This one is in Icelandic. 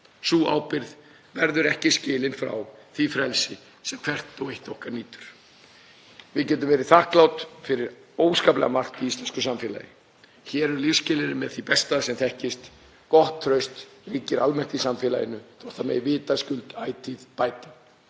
verður ekki skilin frá því frelsi sem hvert og eitt okkar nýtur. Við getum verið þakklát fyrir óskaplega margt í íslensku samfélagi. Hér eru lífsskilyrði með því besta sem þekkist, gott traust ríkir almennt í samfélaginu þótt það megi vitaskuld ætíð bæta.